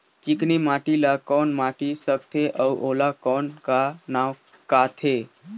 चिकनी माटी ला कौन माटी सकथे अउ ओला कौन का नाव काथे?